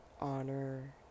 Honor